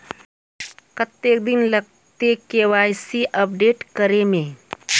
कते दिन लगते के.वाई.सी अपडेट करे में?